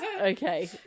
okay